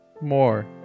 more